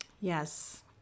Yes